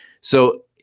so-